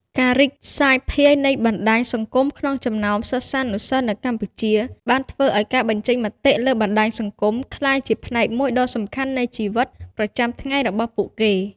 ការរីកសាយភាយនៃបណ្ដាញសង្គមក្នុងចំណោមសិស្សានុសិស្សនៅកម្ពុជា បានធ្វើឲ្យ ការបញ្ចេញមតិលើបណ្ដាញសង្គម ក្លាយជាផ្នែកមួយដ៏សំខាន់នៃជីវិតប្រចាំថ្ងៃរបស់ពួកគេ។